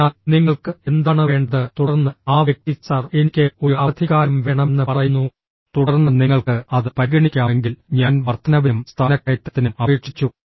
അതിനാൽ നിങ്ങൾക്ക് എന്താണ് വേണ്ടത് തുടർന്ന് ആ വ്യക്തി സർ എനിക്ക് ഒരു അവധിക്കാലം വേണമെന്ന് പറയുന്നു തുടർന്ന് നിങ്ങൾക്ക് അത് പരിഗണിക്കാമെങ്കിൽ ഞാൻ വർദ്ധനവിനും സ്ഥാനക്കയറ്റത്തിനും അപേക്ഷിച്ചു